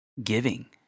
Giving